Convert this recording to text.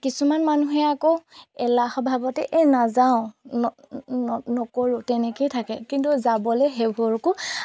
কিছুমান মানুহে আকৌ এলাহ ভাবতে এই নাযাওঁ নকৰোঁ তেনেকৈয়ে থাকে কিন্তু যাবলৈ সেইবোৰকো